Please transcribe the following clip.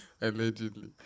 Allegedly